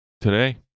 today